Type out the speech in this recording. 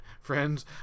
friends